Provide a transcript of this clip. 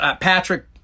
Patrick